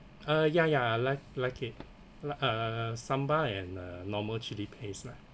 uh ya ya I like like it like uh sambal and a normal chili paste lah